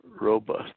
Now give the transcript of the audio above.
robust